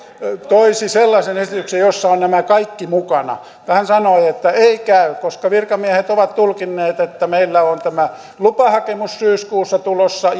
toisi sellaisen esityksen jossa on nämä kaikki mukana mutta hän sanoi että ei käy koska virkamiehet ovat tulkinneet että meillä on tämä lupahakemus syyskuussa tulossa